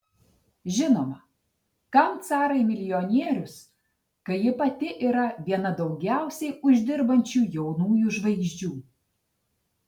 žinoma kam carai milijonierius kai ji pati yra viena daugiausiai uždirbančių jaunųjų žvaigždžių